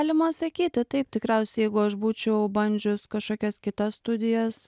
galima sakyti taip tikriausiai jeigu aš būčiau bandžius kašokias kitas studijas